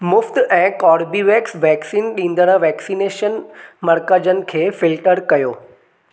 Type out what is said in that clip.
मुफ़्ति ऐं Corbevax vaccine ॾींदड़ वैक्सिनेशन मर्कज़नि खे फिल्टर कयो